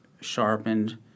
sharpened